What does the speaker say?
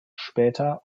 später